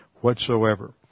whatsoever